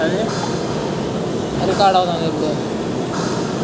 వక్క చెట్టును వేసేకి నేను నా భూమి ని ఎట్లా పెట్టుకోవాలి?